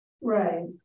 right